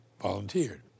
volunteered